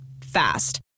Fast